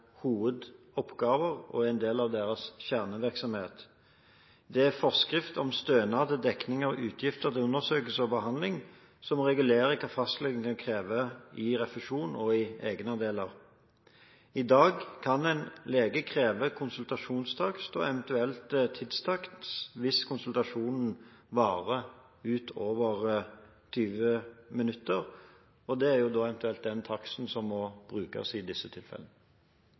utgifter til undersøkelse og behandling hos lege som regulerer hva fastlegen kan kreve i refusjon og i egenandeler. I dag kan en lege kreve konsultasjonstakst og eventuelt tidstakst hvis konsultasjonen varer utover 20 minutter, og det er eventuelt den taksten som må brukes i disse tilfellene.